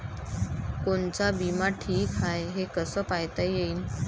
कोनचा बिमा ठीक हाय, हे कस पायता येईन?